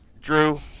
Drew